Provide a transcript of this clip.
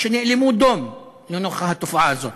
שנאלמו דום לנוכח התופעה הזאת,